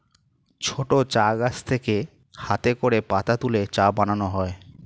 ছোট চা গাছ থেকে হাতে করে পাতা তুলে চা বানানো হয়